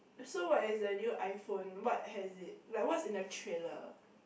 so what is the new iPhone what has it like what's is in the trailer